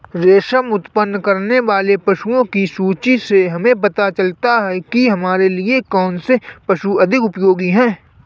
रेशम उत्पन्न करने वाले पशुओं की सूची से हमें पता चलता है कि हमारे लिए कौन से पशु अधिक उपयोगी हैं